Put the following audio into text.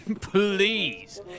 Please